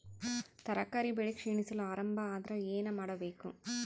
ತರಕಾರಿ ಬೆಳಿ ಕ್ಷೀಣಿಸಲು ಆರಂಭ ಆದ್ರ ಏನ ಮಾಡಬೇಕು?